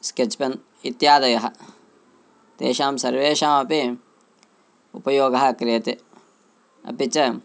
sketch pen इत्यादयः तेषां सर्वेषामपि उपयोगः क्रियते अपि च